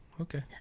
okay